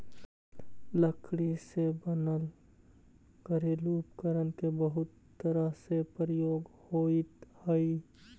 लकड़ी से बनल घरेलू उपकरण के बहुत तरह से प्रयोग होइत हइ